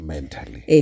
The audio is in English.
Mentally